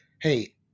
hey